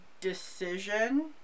decision